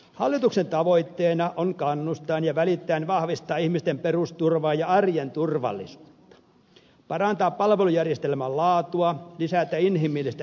hallituksen tavoitteena on kannustaen ja välittäen vahvistaa ihmisten perusturvaa ja arjen turvallisuutta parantaa palvelujärjestelmän laatua lisätä inhimillistä hyvinvointia